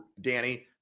Danny